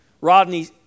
Rodney